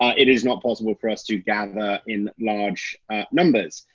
it is not possible for us to gather in large numbers.